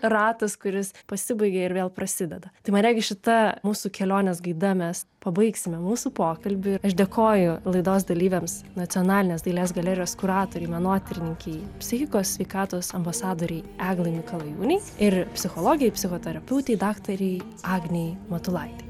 ratas kuris pasibaigė ir vėl prasideda tai man regis šita mūsų kelionės gaida mes pabaigsime mūsų pokalbį ir aš dėkoju laidos dalyviams nacionalinės dailės galerijos kuratorei menotyrininkei psichikos sveikatos ambasadorei eglai mikalajūnei ir psichologei psichoterapeutei daktarei agnei matulaitei